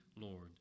Lord